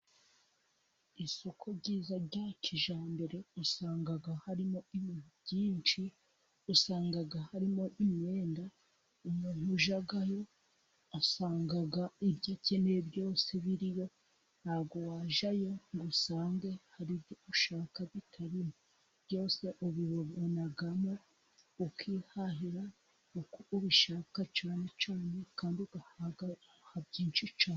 Isoko ryiza rya kijyambere, usanga harimo ibintu byinshi. usanga harimo imyenda, umuntu ujyayo asanga ibyo akeneye byose biriyo. Ntabwo wajyayo ngo usange hari ibyo ushaka bitariyo byose. Ubibonamo ukihahira uko ubishaka cyane cyane, kandi ugahaha byinshi cyane.